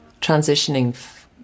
transitioning